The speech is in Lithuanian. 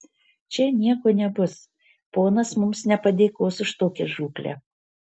čia nieko nebus ponas mums nepadėkos už tokią žūklę